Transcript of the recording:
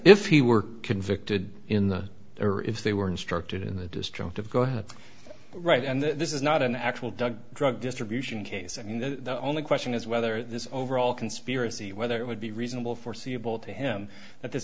if he were convicted in the or if they were instructed in the destructive go ahead right and this is not an actual drug drug distribution case and the only question is whether this overall conspiracy whether it would be reasonable foreseeable to him at this